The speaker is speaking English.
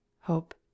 hope